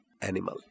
animal